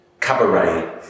cabaret